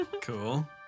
Cool